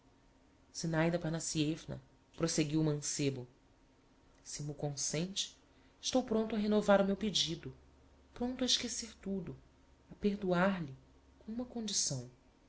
a calçada zinaida aphanassievna proseguiu o mancebo se m'o consente estou pronto a renovar o meu pedido pronto a esquecer tudo a perdoar lhe com uma condição